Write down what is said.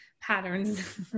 patterns